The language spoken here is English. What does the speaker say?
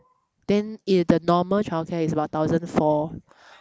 then if the normal childcare is about thousand four